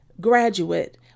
graduate